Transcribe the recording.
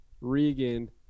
Regan